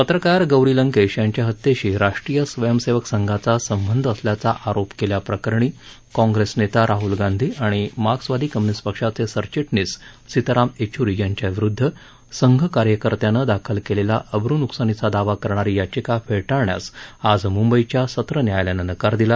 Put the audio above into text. पत्रकार गौरी लंकेश यांच्या हत्येशी राष्ट्रीय स्वयंसेवक संघाचा संबंध असल्याचा आरोप केल्या प्रकरणी काँग्रेस नेता राहुल गांधी आणि मार्क्सवादी कम्युनिस्ट पक्षाचे सरचिटणीस सीताराम येचुरी यांच्याविरुद्ध संघ कार्यकर्त्यांनं दाखल केलेला अब्रुनुकसानीचा दावा करणारी याचिका फेटाळण्यास आज मुंबईच्या सत्र न्यायालयानं नकार दिला